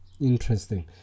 interesting